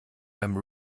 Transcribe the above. beim